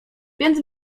więc